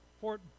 Fort